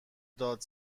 داد